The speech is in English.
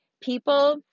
People